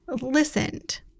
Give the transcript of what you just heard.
listened